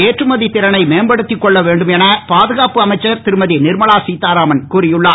ஏற்றுமதி திறனை மேம்படுத்திக் கொள்ள வேண்டும் என பாதுகாப்பு அமைச்சர் திருமதி நிர்மலா சீ தாராமன் கூறியுள்ளார்